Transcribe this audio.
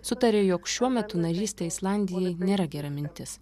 sutarė jog šiuo metu narystė islandijai nėra gera mintis